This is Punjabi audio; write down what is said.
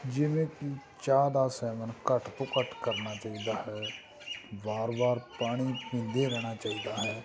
ਜਿਵੇਂ ਕਿ ਚਾਹ ਦਾ ਸੇਵਨ ਘੱਟ ਤੋਂ ਘੱਟ ਕਰਨਾ ਚਾਹੀਦਾ ਹੈ ਵਾਰ ਵਾਰ ਪਾਣੀ ਪੀਂਦੇ ਰਹਿਣਾ ਚਾਹੀਦਾ ਹੈ